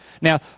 Now